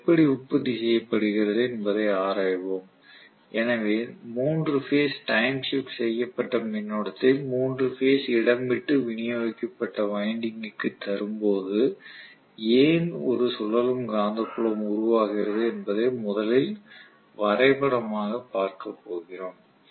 இது எப்படி உற்பத்தி செய்யப்படுகிறது என்பதை ஆராய்வோம் எனவே 3 பேஸ் டைம் ஷிப்ட் செய்யப்பட மின்னோட்டத்தை 3 பேஸ் இடம் விட்டு விநியோகிக்கப்பட்ட வைண்டிங்குக்கு தரும் போது ஏன் ஒரு சுழலும் காந்தப்புலம் உருவாகிறது என்பதை முதலில் வரைபடமாகப் பார்க்கப் போகிறோம்